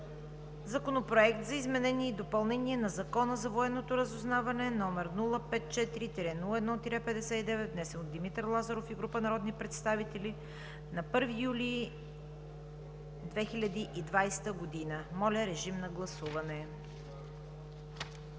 Законопроект за изменение и допълнение на Закона за военното разузнаване, № 054-01-59, внесен от Димитър Лазаров и група народни представители на 1 юли 2020 г. Гласували